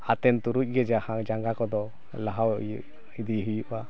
ᱦᱟᱛᱮᱢ ᱛᱩᱨᱩᱡ ᱜᱮ ᱡᱟᱦᱟᱸ ᱡᱟᱸᱜᱟ ᱠᱚᱫᱚ ᱞᱟᱦᱟ ᱤᱭᱟᱹ ᱤᱫᱤ ᱦᱩᱭᱩᱜᱼᱟ